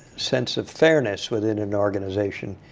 sense of fairness within an organization.